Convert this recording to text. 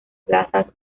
plazas